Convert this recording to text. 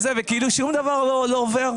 אבל שום דבר לא עובר.